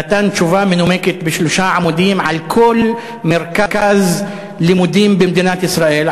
נתן תשובה מנומקת בשלושה עמודים על כל מרכז לימודים במדינת ישראל,